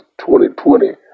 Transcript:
2020